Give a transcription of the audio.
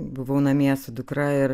buvau namie su dukra ir